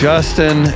Justin